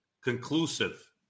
Conclusive